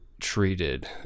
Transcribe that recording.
treated